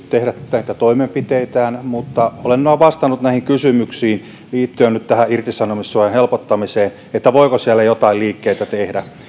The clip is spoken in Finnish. näitä toimenpiteitään mutta olemme jo vastanneet näihin kysymyksiin liittyen nyt tähän irtisanomissuojan helpottamiseen että voiko siellä joitain liikkeitä tehdä